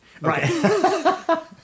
Right